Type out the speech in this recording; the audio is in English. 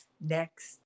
next